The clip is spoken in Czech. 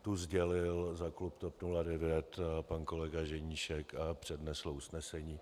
Tu sdělil za klub TOP 09 pan kolega Ženíšek a přednesl usnesení.